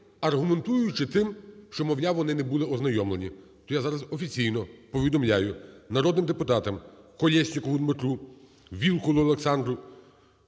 аргументуючи тим, що, мовляв, вони не були ознайомлені. То я зараз офіційно повідомляю народним депутатам Колєснікову Дмитру, Вілкулу Олександру,